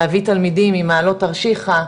להביא תלמידים ממעלות תרשיחא,